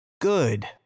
Good